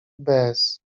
bez